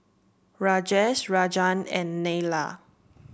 Rajesh Rajan and Neila